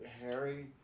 Harry